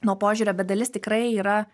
nuo požiūrio bet dalis tikrai yra